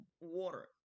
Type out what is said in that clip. water